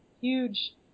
huge